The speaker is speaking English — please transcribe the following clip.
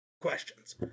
Questions